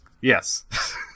Yes